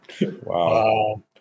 Wow